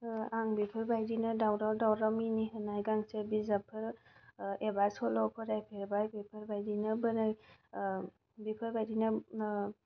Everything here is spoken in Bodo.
आं बेफोरबायदिनो दावराव दावराव मिनिहोनाय गांसे बिजाबखौ एबा सल' फरायफेरबाय बेफोरबायदिनो बोराय बेफोरबायदिनो